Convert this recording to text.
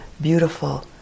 beautiful